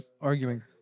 arguing